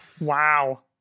Wow